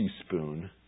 teaspoon